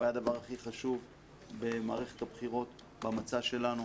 הוא היה הדבר הכי חשוב במערכת הבחירות במצע שלנו,